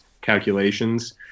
calculations